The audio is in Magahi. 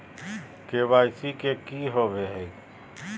के.वाई.सी की हॉबे हय?